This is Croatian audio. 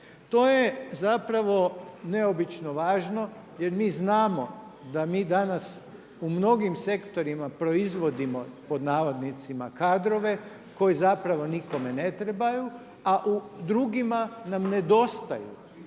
To je zapravo neobično važno jer mi znamo da mi danas u mnogim sektorima proizvodimo „kadrove“ koji zapravo nikome ne trebaju, a u drugima nam nedostaju